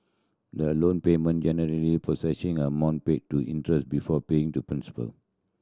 the loan payment generally procession amount paid to interest before paying to principal